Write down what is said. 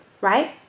right